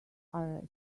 arrest